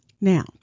Now